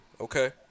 okay